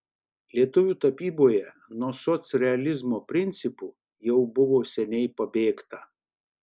lietuvių tapyboje nuo socrealizmo principų jau buvo seniai pabėgta